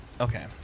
Okay